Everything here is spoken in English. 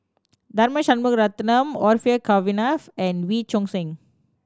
Tharman Shanmugaratnam Orfeur Cavenagh and Wee Choon Seng